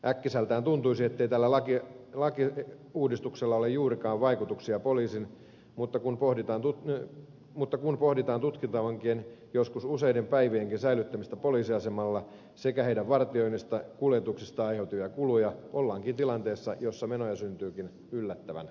äkkiseltään tuntuisi ettei tällä lakiuudistuksella ole juurikaan vaikutuksia poliisin kuluihin mutta kun pohditaan tutkintavankien joskus useidenkin päivien säilyttämistä poliisiasemalla sekä heidän vartioinnista ja kuljetuksista aiheutuvia kuluja ollaankin tilanteessa jossa menoja syntyykin yllättävän paljon